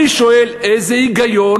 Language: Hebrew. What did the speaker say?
אני שואל, מה היגיון